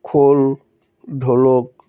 খোল ঢোলক